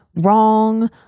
wrong